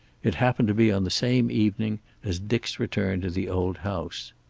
it happened to be on the same evening as dick's return to the old house.